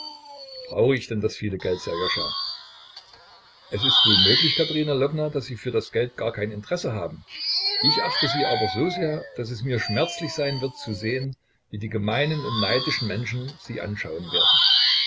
brauche ich denn das viele geld sserjoscha es ist wohl möglich katerina lwowna daß sie für das geld gar kein interesse haben ich achte sie aber so sehr daß es mir schmerzlich sein wird zu sehen wie die gemeinen und neidischen menschen sie anschauen werden